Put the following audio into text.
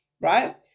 right